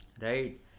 Right